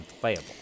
playable